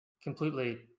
completely